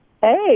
Hey